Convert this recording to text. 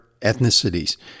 ethnicities